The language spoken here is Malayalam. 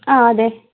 ആ അതെ